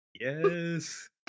Yes